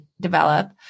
develop